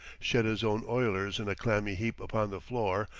shed his own oilers in a clammy heap upon the floor,